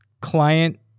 client